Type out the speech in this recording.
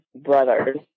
brother's